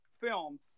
film